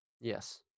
Yes